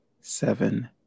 seven